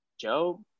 joe